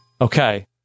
Okay